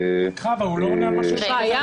הוא לא עונה על מה ששאלת.